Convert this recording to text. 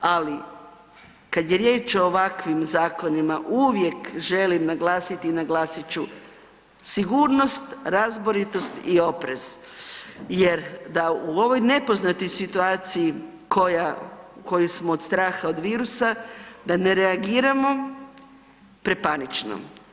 Ali, kad je riječ o ovakvim zakonima uvijek želim naglasiti i naglasit ću, sigurnost, razboritost i oprez jer da u ovoj nepoznatoj situaciji koja, koju smo od straha od virusa, da ne reagiramo prepanično.